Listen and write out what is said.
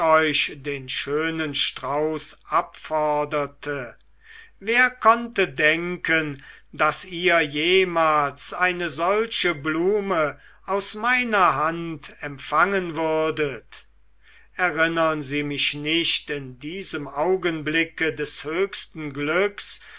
euch den schönen strauß abforderte wer konnte denken daß ihr jemals eine solche blume aus meiner hand empfangen würdet erinnern sie mich nicht in diesem augenblicke des höchsten glücks